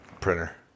Printer